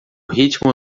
ritmo